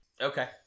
Okay